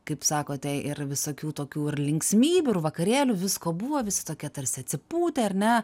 kaip sakote ir visokių tokių ir linksmybių ir vakarėlių visko buvo visi tokie tarsi atsipūtę ar ne